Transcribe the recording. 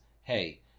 hey